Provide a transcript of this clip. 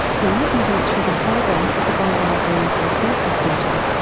then he went through the program at the bondi early psychosis centre.